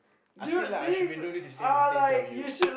I feel like I should be doing this insane instead of you